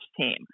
team